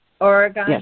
Oregon